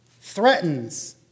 threatens